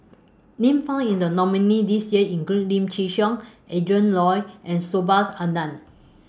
Names found in The nominees' list This Year include Lim Chin Siong Adrin Loi and Subhas Anandan